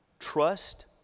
trust